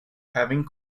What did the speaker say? having